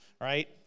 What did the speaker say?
right